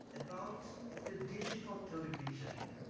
about the digital television,